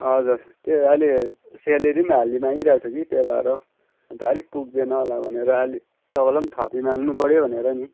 हजुर त्यही अलि स्यालेरी पनि हालि मागि रहेको छु कि त्यही भएर हो अन्त अलिक पुग्दैन होला भनेर अलिक तपाईँलाई नि थपि माग्नुपऱ्यो भनेर नि